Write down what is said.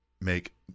make